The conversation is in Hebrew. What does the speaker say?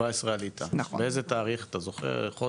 אתה זוכר מתי?